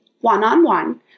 one-on-one